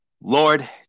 Lord